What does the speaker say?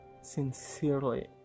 sincerely